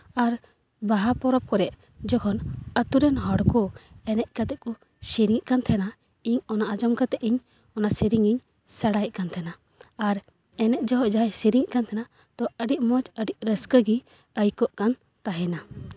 ᱟᱨ ᱵᱟᱦᱟ ᱯᱚᱨᱚᱵᱽ ᱠᱚ ᱡᱚᱠᱷᱚᱱ ᱟᱛᱳ ᱨᱮᱱ ᱦᱚᱲ ᱠᱚ ᱮᱱᱮᱡ ᱠᱟᱛᱮ ᱠᱚ ᱥᱮᱨᱮᱧᱮᱜ ᱠᱟᱱ ᱛᱟᱦᱮᱱᱟ ᱤᱧ ᱚᱱᱟ ᱟᱸᱡᱚᱢ ᱠᱟᱛᱮ ᱤᱧ ᱚᱱᱟ ᱥᱮᱨᱮᱧ ᱤᱧ ᱥᱮᱬᱟᱭᱮᱜ ᱠᱟᱱ ᱛᱟᱦᱮᱱᱟ ᱟᱨ ᱮᱱᱮᱡ ᱡᱚᱦᱚᱜ ᱡᱟᱦᱟᱸᱧ ᱥᱮᱨᱮᱧ ᱛᱟᱦᱮᱱᱟ ᱛᱚ ᱟᱹᱰᱤ ᱢᱚᱡᱽ ᱟᱹᱰᱤ ᱨᱟᱹᱥᱠᱟᱹᱜᱮ ᱟᱹᱭᱠᱟᱹᱜ ᱠᱟᱱ ᱛᱟᱦᱮᱱᱟ